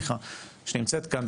שנמצאת כאן,